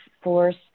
force